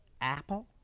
apple